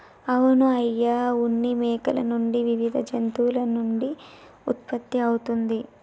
అవును అయ్య ఉన్ని మేకల నుండి వివిధ జంతువుల నుండి ఉత్పత్తి అవుతుంది